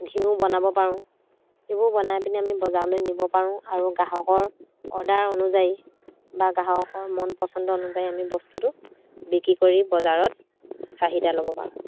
ঘিউ বনাব পাৰোঁ এইবোৰ বনাই পিনে আমি বজাৰলৈ নিব পাৰোঁ আৰু গ্ৰাহকৰ অৰ্ডাৰ অনুযায়ী বা গ্ৰাহকৰ মন পচন্দ অনুযায়ী আমি বস্তুটো বিক্ৰী কৰি বজাৰত চাহিদা ল'ব পাৰোঁ